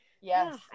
Yes